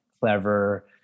clever